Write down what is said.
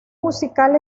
musical